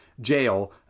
jail